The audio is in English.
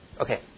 Okay